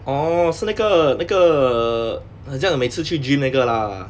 orh 是那个那个很像每次去 gym 那个 lah